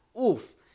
oof